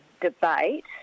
debate